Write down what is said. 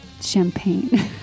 champagne